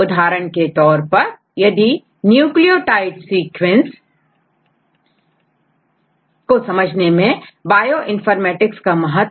उदाहरण के तौर पर यदि न्यूक्लियोटाइड सीक्वेंस को समझने में बायोइनफॉर्मेटिक्स का महत्व